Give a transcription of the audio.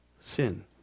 sin